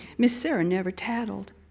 miss sarah never tattled.